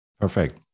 perfect